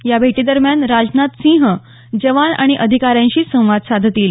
या भेटीदरम्यान राजनाथ सिंह जवान आणि अधिका यांशी संवाद साधतील